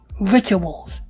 rituals